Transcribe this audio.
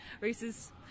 races